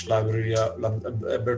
Library